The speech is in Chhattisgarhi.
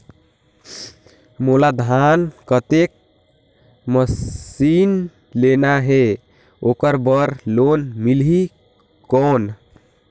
मोला धान कतेक मशीन लेना हे ओकर बार लोन मिलही कौन?